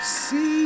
See